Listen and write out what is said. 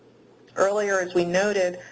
earlier, as we noted,